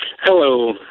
Hello